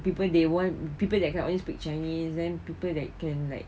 people they want people can only speak chinese then people that can like